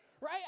right